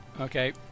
Okay